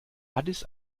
addis